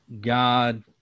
God